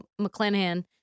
McClanahan